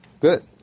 Good